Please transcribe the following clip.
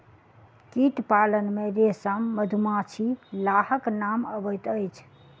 कीट पालन मे रेशम, मधुमाछी, लाहक नाम अबैत अछि